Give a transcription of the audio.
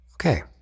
Okay